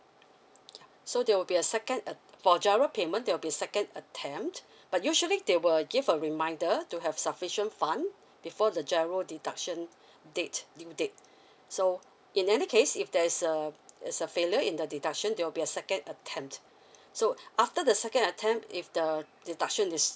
so there will be a second uh for G_I_R_O payment there'll be second attempt but usually they will give a reminder to have sufficient fund before the G_I_R_O deduction date due date so in any case if there is a is a failure in the deduction there will be a second attempt so after the second attempt if the deduction is